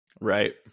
Right